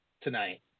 tonight